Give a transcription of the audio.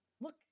Look